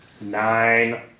Nine